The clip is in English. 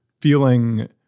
feeling